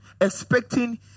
expecting